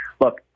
Look